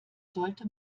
sollte